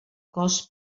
cos